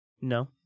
No